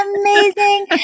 amazing